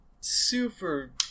super